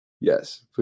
Yes